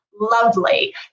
lovely